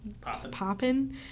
popping